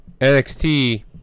NXT